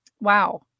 Wow